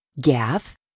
Gath